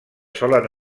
solen